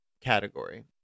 category